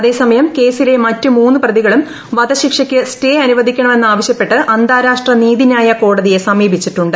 അതേസമയം ക്ലേസിലെ മറ്റ് മൂന്നു പ്രതികളും വധശിക്ഷയ്ക്ക് സ്റ്റേ അസ്സുപ്പ്ഴിക്കണമെന്ന് ആവശ്യപ്പെട്ട് അന്താരാഷ്ട്ര നീതിന്യായു കോടതിയെ സമീപിച്ചിട്ടുണ്ട്